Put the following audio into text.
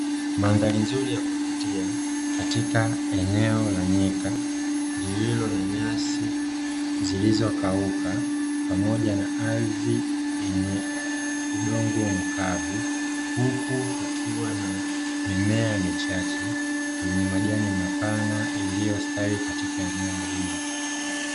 Mandhari nzuri ya kuvutia katika eneo la nyeka lililo na nyasi zilizokauka pamoja na ardhi yenye udongo mkavu, huku hukiwa na mimea michache yenye majani mapana iliyostawi katika eneo hilo.